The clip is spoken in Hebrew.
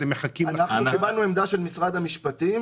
אנחנו קיבלנו עמדה של משרד המשפטים